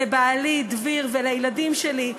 לבעלי דביר ולילדים שלי,